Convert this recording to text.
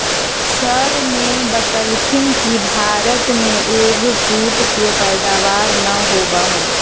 sir ने बतल खिन कि भारत में एग फ्रूट के पैदावार ना होबा हई